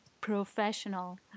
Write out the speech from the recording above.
professional